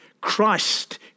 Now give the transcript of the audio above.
Christ